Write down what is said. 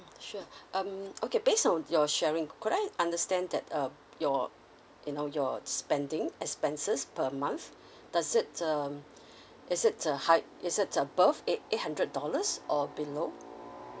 sure um okay based on your sharing could I just understand that uh your you know your spending expenses per month does it um is it uh high is it above eight hundred dollars or below